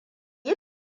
yi